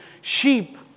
sheep